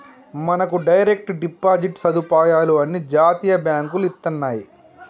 మనకు direct deposit సదుపాయాలు అన్ని జాతీయ బాంకులు ఇత్తన్నాయి